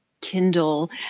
Kindle